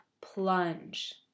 plunge